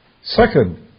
Second